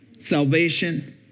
salvation